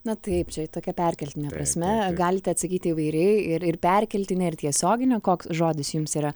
na taip čia tokia perkeltine prasme galite atsakyti įvairiai ir ir perkeltine ir tiesiogine koks žodis jums yra